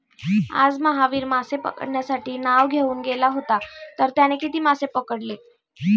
आज महावीर मासे पकडण्यासाठी नाव घेऊन गेला होता तर त्याने किती मासे पकडले?